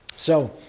so,